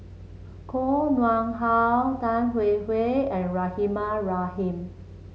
Koh Nguang How Tan Hwee Hwee and Rahimah Rahim